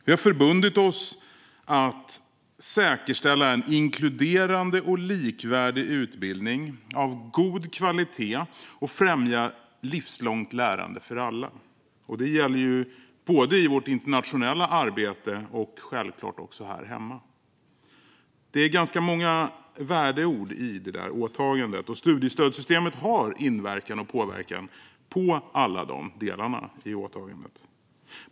Vi har förbundit oss att säkerställa en inkluderande och likvärdig utbildning av god kvalitet och främja livslångt lärande för alla. Det gäller både i vårt internationella arbete och självklart här hemma. Det är ganska många värdeord i detta åtagande, och studiestödssystemet har inverkan och påverkan på alla delar i åtagandet.